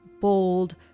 bold